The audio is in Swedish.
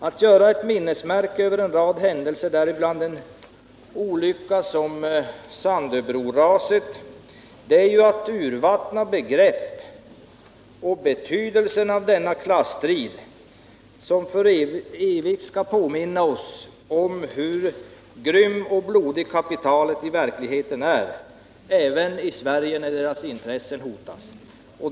Att uppföra ett minnesmonument över en rad händelser, däribland Sandöbroraset, är att urvattna begreppen och betydelsen av denna klasstrid, som för evigt skall påminna oss om hur grymt och blodigt kapitalet i verkligheten är, även i Sverige, när dess intressen hotas.